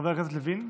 חבר הכנסת לוין?